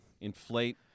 Inflate